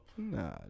Nah